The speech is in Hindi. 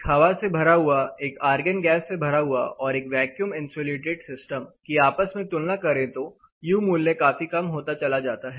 एक हवा से भरा हुआ एक आर्गन गैस से भरा हुआ और एक वैक्यूम इंसुलेटेड सिस्टम की आपस में तुलना करें तो यू मूल्य काफी कम होता चला जाता है